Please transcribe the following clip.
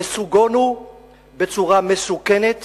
נסוגונו בצורה מסוכנת